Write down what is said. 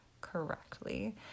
correctly